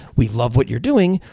we love what you're doing.